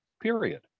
Period